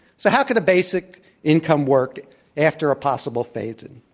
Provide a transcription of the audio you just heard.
so, how could a basic income work after a possible phase-in?